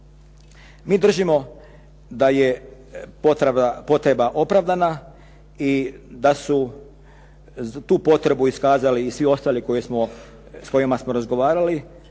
Mi držimo da je potreba opravdana i da su za tu potrebu iskazali i svi ostali s kojima smo razgovarali.